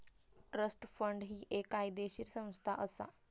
trust fund ही एक कायदेशीर संस्था असा